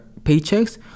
paychecks